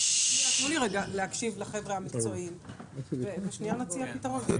תנו לי רגע להקשיב לחבר'ה המקצועיים ונציע פתרון.